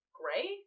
gray